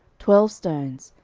twelve stones,